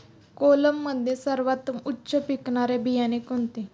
कोलममध्ये सर्वोत्तम उच्च पिकणारे बियाणे कोणते?